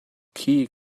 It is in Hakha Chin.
khi